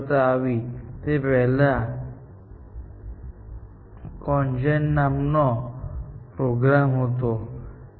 અમે જોઈશું કે આ R1 અને આવા પ્રોગ્રામો કેવી રીતે બનાવવામાં આવ્યા છે એ થોડા સમય પછી આ અભ્યાસક્રમમાં જોઈશું પરંતુ આજે અમે A0 જેવા અલ્ગોરિધમ અથવા AND OR ટ્રી અલ્ગોરિથમ પર ધ્યાન કેન્દ્રિત કરવા માંગીએ છીએ